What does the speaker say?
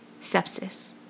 Sepsis